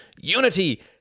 unity